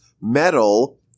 metal